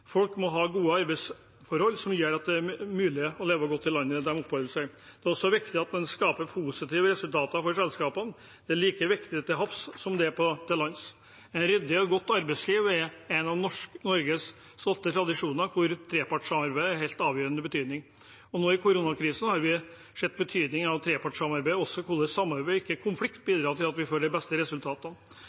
Folk må ha gode arbeidsforhold som gjør at det er mulig å leve godt i landet de oppholder seg i. Det er også viktig at en skaper positive resultater for selskapene. Det er like viktig til havs som det er til lands. Et ryddig og godt arbeidsliv er en av Norges stolte tradisjoner, hvor trepartssamarbeidet er av helt avgjørende betydning. Nå i koronakrisen har vi sett betydningen av trepartssamarbeidet og også hvordan samarbeid, ikke konflikt, bidrar til at vi får de beste resultatene.